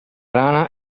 rana